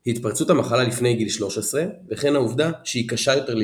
היא התפרצות המחלה לפני גיל 13 וכן העובדה שהיא קשה יותר לאבחון.